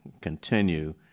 continue